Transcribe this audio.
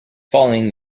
following